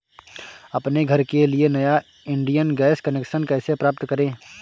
अपने घर के लिए नया इंडियन गैस कनेक्शन कैसे प्राप्त करें?